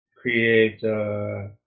create